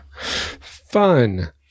Fun